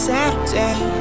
Saturday